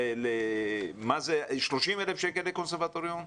מה זה 30,000 ₪ לקונסרבטוריון?